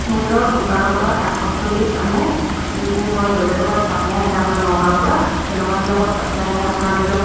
মূল্যৰ দোকানৰ পৰা শাক পাচলি আনো যিখিনি মই বেলেগৰ পৰা ছাপ্লাই আহে আপোনাৰ নগাঁৱৰ পৰা তেনেকুৱাবিলাকৰ ছাপ্লাই আহে আপোনাৰ ধৰি লওক